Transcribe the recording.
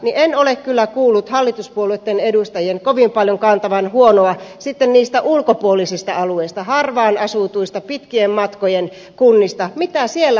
en ole kyllä kuullut hallituspuolueitten edustajien kovin paljon kantavan huolta niistä ulkopuolisista alueista harvaan asutuista pitkien matkojen kunnista mitä siellä tapahtuu